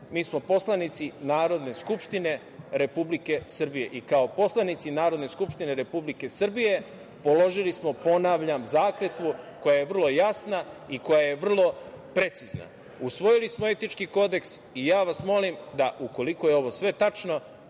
mi smo poslanici Narodne skupštine Republike Srbije i kao poslanici Narodne skupštine Republike Srbije položili smo, ponavljam, zakletvu koja je vrlo jasna i koja je vrlo precizna. Usvojili smo etički kodeks i ja vas molim da, ukoliko je ovo sve tačno,